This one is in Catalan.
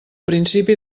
principi